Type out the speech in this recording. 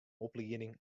oplieding